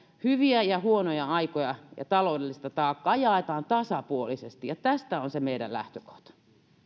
hyviä ja huonoja aikoja ja taloudellista taakkaa jaetaan tasapuolisesti tämä on meidän lähtökohtamme